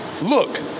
Look